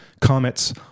comets